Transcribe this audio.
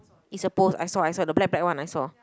is a post I saw I saw the black black one I saw